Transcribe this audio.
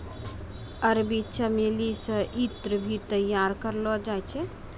अरबी चमेली से ईत्र भी तैयार करलो जाय छै